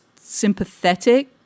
sympathetic